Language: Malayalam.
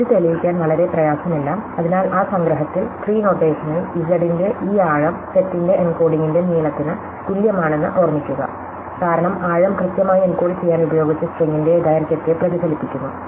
ഇത് തെളിയിക്കാൻ വളരെ പ്രയാസമില്ല അതിനാൽ ആ സംഗ്രഹത്തിൽ ട്രീ നൊട്ടേഷനിൽ z ന്റെ ഈ ആഴം സെറ്റിന്റെ എൻകോഡിംഗിന്റെ നീളത്തിന് തുല്യമാണെന്ന് ഓർമ്മിക്കുക കാരണം ആഴം കൃത്യമായി എൻകോഡ് ചെയ്യാൻ ഉപയോഗിച്ച സ്ട്രിംഗിന്റെ ദൈർഘ്യത്തെ പ്രതിഫലിപ്പിക്കുന്നു